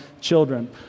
children